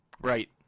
Right